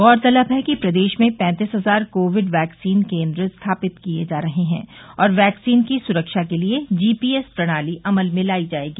गौरतलब है कि प्रदेश में पैंतीस हजार कोविड वैक्सीन केन्द्र स्थापित किये जा रहे हैं और वैक्सीन की स्रक्षा के लिये जीपीएस प्रणाली अमल में लाई जायेगी